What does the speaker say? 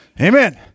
amen